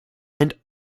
and